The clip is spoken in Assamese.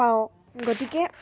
পাওঁ গতিকে